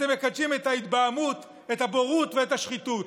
אתם מקדשים את ההתבהמות, את הבורות ואת השחיתות.